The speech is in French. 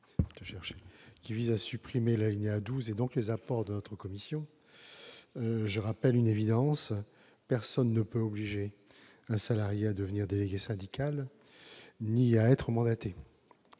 95 visent à supprimer l'alinéa 12, donc les apports de la commission. Je rappelle une évidence : personne ne peut obliger un salarié à devenir délégué syndical ou à être mandaté.